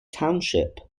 township